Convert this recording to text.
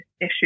issue